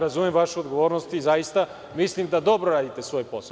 Razumem vašu odgovornost i zaista mislim da dobro radite svoj posao.